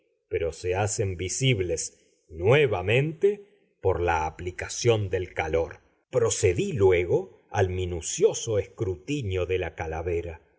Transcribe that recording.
pero se hacen visibles nuevamente por la aplicación del calor procedí luego al minucioso escrutinio de la calavera